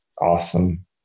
awesome